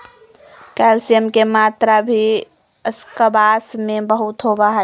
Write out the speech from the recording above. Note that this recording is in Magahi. कैल्शियम के मात्रा भी स्क्वाश में बहुत होबा हई